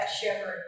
shepherd